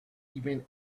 even